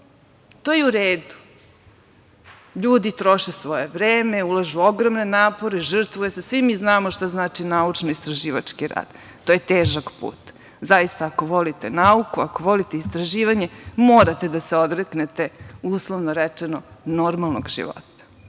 To je u redu. LJudi troše svoje vreme, ulažu ogromne napore, žrtvuju se, svi mi znamo šta znači naučno-istraživački rad. To je težak put. Zaista, ako volite nauku, ako volite istraživanje morate da se odreknete, uslovno rečeno, normalnog života.